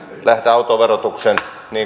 lähteä autoverotuksen